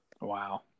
wow